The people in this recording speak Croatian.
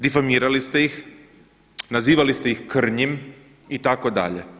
Difarmirali ste ih, nazivali ste ih krnjim itd.